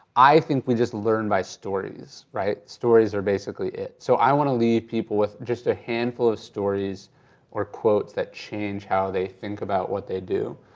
i think we just learn by stories, stories are basically it. so i want to leave people with just a handful of stories or quotes that change how they think about what they do.